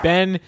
Ben